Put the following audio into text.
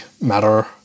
matter